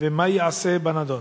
מה ייעשה בנדון?